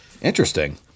Interesting